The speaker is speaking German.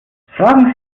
fragen